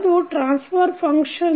ಅದು transfer function